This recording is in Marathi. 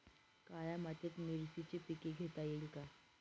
काळ्या मातीत मिरचीचे पीक घेता येईल का?